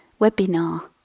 webinar